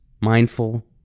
mindful